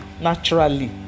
naturally